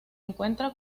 encuentra